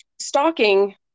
stalking